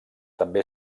també